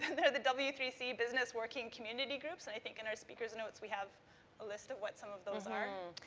and there are the w three c business working community groups and i think in our speakers' notes we have a list of what some of those are.